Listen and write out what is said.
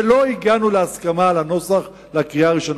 ולא הגענו להסכמה על הנוסח לקריאה הראשונה.